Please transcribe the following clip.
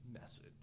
message